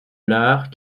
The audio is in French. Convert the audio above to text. l’art